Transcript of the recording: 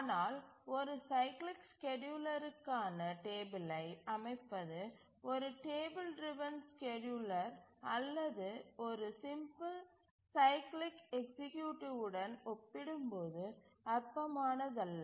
ஆனால் ஒரு சைக்கிளிக் ஸ்கேட்யூலருக்கான டேபிலை அமைப்பது ஒரு டேபிள் டிரவன் ஸ்கேட்யூலர் அல்லது ஒரு சிம்பிள் சைக்கிளிக் எக்சீக்யூட்டிவ் உடன் ஒப்பிடும்போது அற்பமானதல்ல